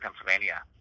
Pennsylvania